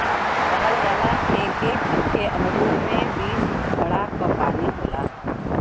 कहल जाला एक एक ठे अमरूद में बीस घड़ा क पानी होला